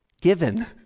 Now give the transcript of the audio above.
given